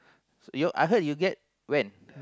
you I heard you get when